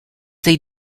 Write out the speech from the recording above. they